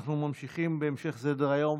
אנחנו ממשיכים בסדר-היום